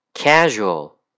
Casual